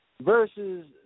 versus